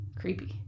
Creepy